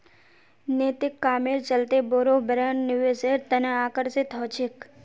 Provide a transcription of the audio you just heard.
नैतिक कामेर चलते बोरो ब्रैंड निवेशेर तने आकर्षित ह छेक